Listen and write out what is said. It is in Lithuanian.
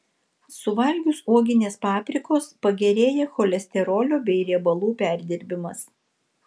suvalgius uoginės paprikos pagerėja cholesterolio bei riebalų perdirbimas